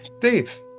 Dave